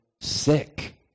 sick